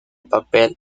papel